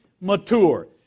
mature